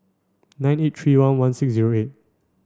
nine eight three one one six zero eight